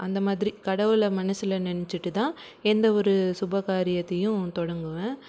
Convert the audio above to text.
அந்தமாதிரி கடவுளை மனசில் நினச்சிட்டு தான் எந்த ஒரு சுபகாரியத்தையும் தொடங்குவேன்